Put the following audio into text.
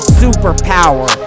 superpower